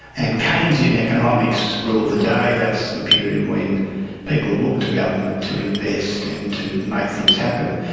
and keynesian economics ruled the day, that's the period when people looked to government to invest and to make things happen.